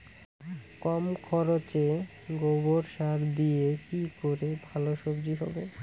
কম খরচে গোবর সার দিয়ে কি করে ভালো সবজি হবে?